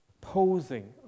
posing